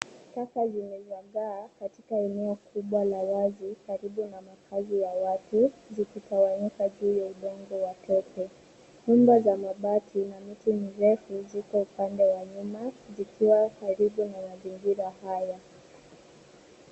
Taka zimezagaa katika eneo kubwa la wazi karibu na makazi ya watu zikitawanyika juu ya udongo wa tope. Nyumba za mabati na miti mirefu zipo upande wa nyuma zikiwa karibu na mazingira haya.